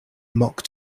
mock